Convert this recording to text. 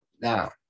Now